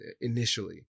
initially